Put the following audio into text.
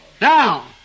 Now